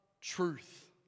truth